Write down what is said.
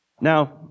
Now